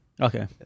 okay